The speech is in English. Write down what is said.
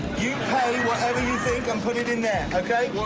you pay whatever you think and put it in there.